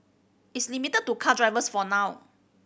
it's limited to car drivers for now